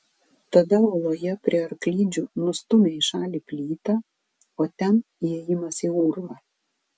tada uoloje prie arklidžių nustūmė į šalį plytą o ten įėjimas į urvą